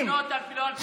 לא לבנות לא על פי חוק.